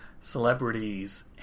celebrities